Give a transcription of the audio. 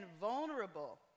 vulnerable